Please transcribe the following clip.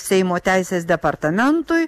seimo teisės departamentui